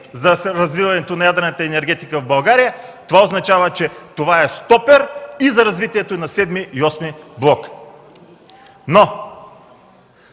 за развитието на ядрената енергетика в България, това означава, че е стопер и за развитието на VІІ и VІІІ блок.